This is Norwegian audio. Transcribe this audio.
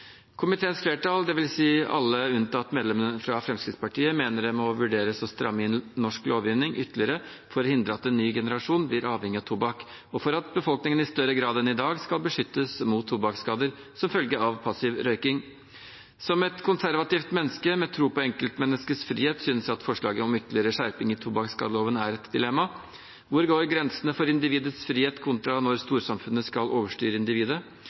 Komiteens flertall, dvs. alle unntatt medlemmene fra Fremskrittspartiet, mener det må vurderes å stramme inn norsk lovgivning ytterligere for å hindre at en ny generasjon blir avhengig av tobakk, og for at befolkningen i større grad enn i dag skal beskyttes mot tobakksskader som følge av passiv røyking. Som et konservativt menneske med tro på enkeltmenneskets frihet synes jeg at forslaget om ytterligere skjerping i tobakksskadeloven er et dilemma. Hvor går grensene for individets frihet kontra når storsamfunnet skal overstyre individet?